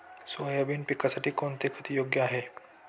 Soybean पिकासाठी कोणते खत योग्य आहे?